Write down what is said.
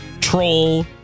troll